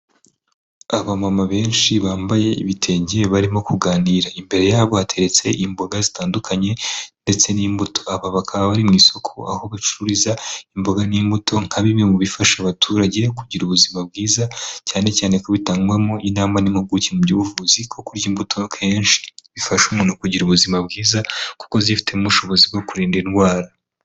Abamama benshi bambaye ibitenge barimo kuganira imbere yabo bateretse imboga zitandukanye ndetse n'imbuto aba bakaba bari mu isoko aho bacururiza imboga n'imbuto nka bimwe mu bifasha abaturage kugira ubuzima bwiza cyane cyane kubabitangwamo inama n'impuguke mu by'ubuvuzi kurya imbutokenshi bifasha umuntu kugira ubuzima bwiza kuko zifitemo ubushobozi bwo kurinda indwara.